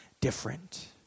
different